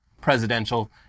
presidential